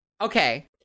Okay